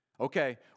Okay